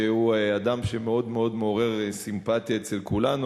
שהוא אדם שמאוד מעורר סימפתיה אצל כולנו.